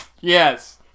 Yes